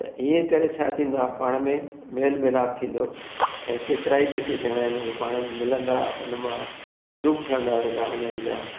त इएं करे छा चईंदो आहे पाण में मेल मिलाप थींदो ऐं केतिरा ई जेके ॼणा आहिनि उहा पाण में मिलंदा उन मां ग्रुप ठहंदा वेंदा उन्हनि जा